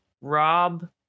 Rob